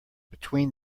between